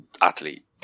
athlete